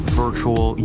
virtual